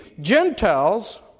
Gentiles